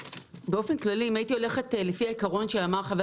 באופן כללי אם הייתי הולכת לפי העיקרון שאמר חבר